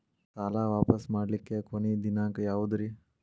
ಸಾಲಾ ವಾಪಸ್ ಮಾಡ್ಲಿಕ್ಕೆ ಕೊನಿ ದಿನಾಂಕ ಯಾವುದ್ರಿ?